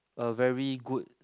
a very good